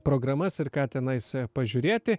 programas ir ką tenais pažiūrėti